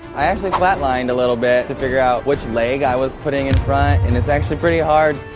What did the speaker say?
i actually flatlined a little bit to figure out which leg i was putting in front and it's actually pretty hard.